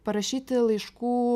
parašyti laiškų